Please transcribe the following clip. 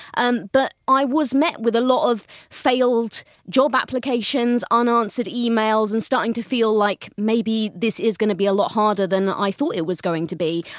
and but i was met with a lot of failed job applications, unanswered emails and starting to feel like maybe this is going to be a lot harder than i thought it was going to be.